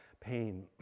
pain